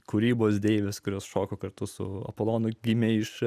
kūrybos deivės kurios šoko kartu su apolonu gimė iš